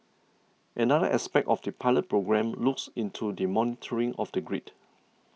another aspect of the pilot programme looks into the monitoring of the grid